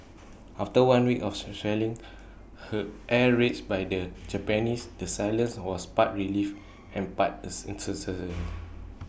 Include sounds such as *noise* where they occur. after one week of shelling and air raids by the Japanese the silence was part relief and part uncertainty *noise*